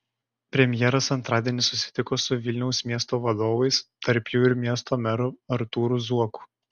premjeras antradienį susitiko su vilniaus miesto vadovais tarp jų ir miesto meru artūru zuoku